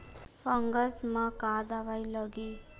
Fungus म का दवाई लगी?